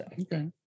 Okay